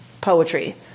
poetry